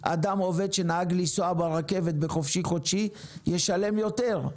אדם עובד שנהג לנסוע ברכבת בחופשי-חודשי ישלם יותר,